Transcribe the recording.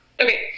Okay